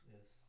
yes